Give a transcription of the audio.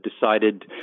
decided